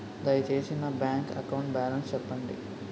దయచేసి నా bank account balance చెప్పండి